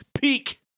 peak